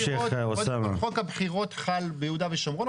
חוק הבחירות חל ביהודה ושומרון.